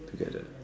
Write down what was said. together